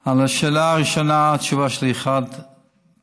על השאלה הראשונה, התשובה שלי, חד וחלק: